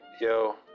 yo